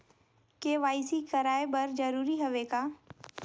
KYC कराय बर जरूरी हवे का?